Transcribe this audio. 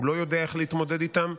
הוא לא יודע איך להתמודד איתם.